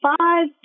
five